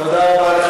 תודה רבה לך.